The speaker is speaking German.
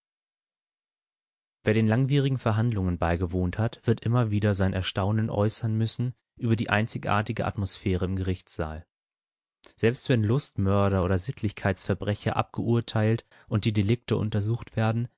wer den langwierigen verhandlungen beigewohnt hat wird immer wieder sein erstaunen äußern müssen über die einzigartige atmosphäre im gerichtssaal selbst wenn lustmörder oder sittlichkeitsverbrecher abgeurteilt und die delikte untersucht werden